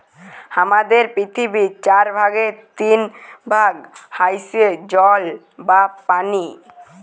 হামাদের পৃথিবীর চার ভাগের তিন ভাগ হইসে জল বা পানি